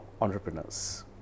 entrepreneurs